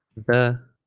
the